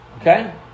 okay